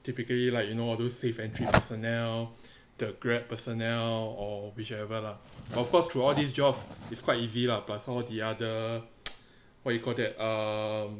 typically like you know all those safe entry personnel the grab personnel or whichever lah of course throughout these jobs is quite easy lah plus all the other what do you call that um